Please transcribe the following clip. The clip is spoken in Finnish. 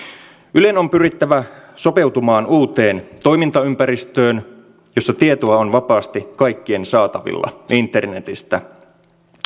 ylen on pyrittävä sopeutumaan uuteen toimintaympäristöön jossa tietoa on vapaasti kaikkien saatavilla internetistä